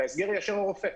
את ההסגר יאשר רופא.